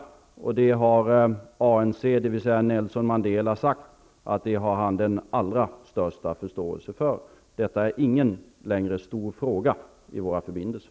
ANC:s ordförande Nelson Mandela har sagt att han har den allra största förståelse för det. Detta är inte längre någon stor fråga i våra förbindelser.